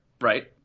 Right